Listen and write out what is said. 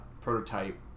prototype